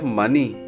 money